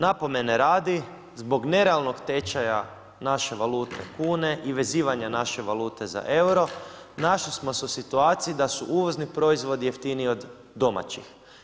Napomene radi, zbog nerealnog tečaja naše valute kune i vezivanja naše valute za euro, našli smo se u situaciji da su uvozni proizvodi jeftinijih od domaćih.